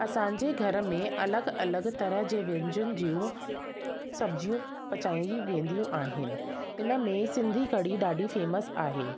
असांजे घर में अलॻि अलॻि तरह जे व्यंजन जूं सब्जियूं पचाई वेंदियूं आहिनि इन में सिंधी कढ़ी ॾाढी फेमस आहे